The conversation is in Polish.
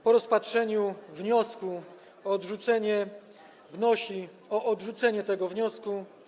Po rozpatrzeniu wniosku o odrzucenie wnosi o odrzucenie tego wniosku.